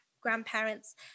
grandparents